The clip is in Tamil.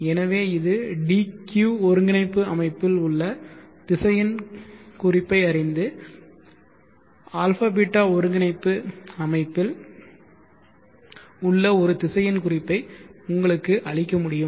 எனவே இது dq ஒருங்கிணைப்பு அமைப்பில் உள்ள திசையன் குறிப்பை அறிந்து r ß ஒருங்கிணைப்பு அமைப்பில் உள்ள ஒரு திசையன் குறிப்பை உங்களுக்கு அளிக்க முடியும்